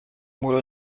muro